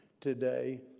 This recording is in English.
today